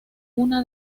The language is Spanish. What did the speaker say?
una